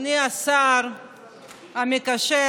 אדוני השר המקשר,